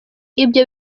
ibyo